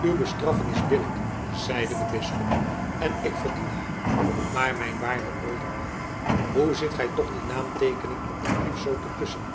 uwe bestraffing is billijk zeide de bisschop en ik verdien haar maar mijn waarde olderman hoe zit gij toch die naamteekening op den brief zoo te kussen